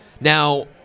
Now